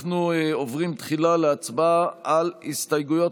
אנחנו עוברים תחילה להצבעה על הסתייגויות